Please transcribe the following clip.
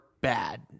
bad